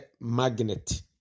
magnet